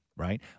Right